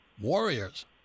warriors